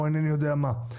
או אינני יודע מה.